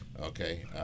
Okay